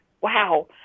wow